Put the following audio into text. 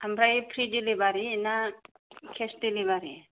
आमफ्राय free delivery ना cash दिलिबारि